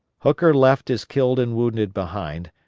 hooker left his killed and wounded behind,